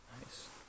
Nice